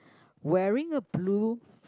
wearing a blue